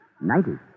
Ninety